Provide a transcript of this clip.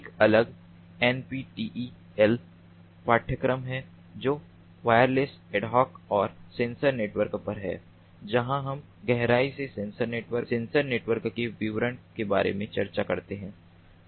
एक अलग एनपीटीईएल पाठ्यक्रम है जो वायरलेस एड हॉक और सेंसर नेटवर्क पर है जहां हम गहराई से सेंसर नेटवर्क के विवरण के बारे में चर्चा करते हैं